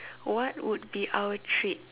what would be our treat